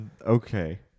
okay